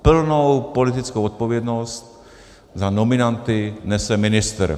Plnou politickou odpovědnost za nominanty nese ministr.